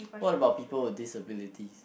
what about people with disabilities